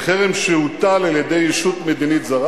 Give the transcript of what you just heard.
בחרם שהוטל על-ידי ישות מדינית זרה.